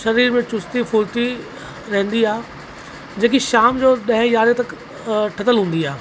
शरीर में चुस्ती फ़ुर्ती रहंदी आहे जेकि शाम जो ॾह यारहें तक टकल हूंदी आहे